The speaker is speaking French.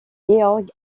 georg